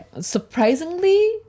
surprisingly